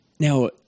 Now